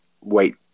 wait